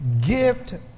gift